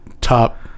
top